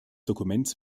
dokuments